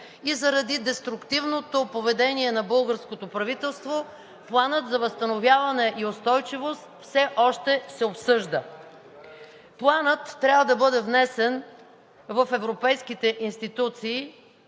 и заради деструктивното поведение на българското правителство, Планът за възстановяване и устойчивост все още се обсъжда. Планът трябва да бъде внесен в европейските институции